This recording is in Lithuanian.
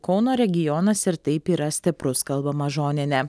kauno regionas ir taip yra stiprus kalba mažonienė